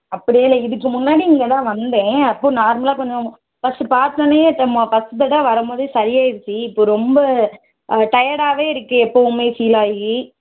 அப்படியா நான் இதுக்கு முன்னாடி இங்கே தான் வந்தேன் அப்போது நார்மலாக கொஞ்சம் ஃபஸ்ட்டு பார்த்தோன்னயே இப்போ மொ ஃபஸ்ட்டு தடவை வரும் போதே சரி ஆகிடுச்சி இப்போ ரொம்ப டயடாகவே இருக்குது எப்பவுமே ஃபீல்லாகி